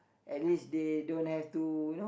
at least they don't have to you know